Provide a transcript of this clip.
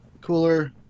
cooler